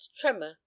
tremor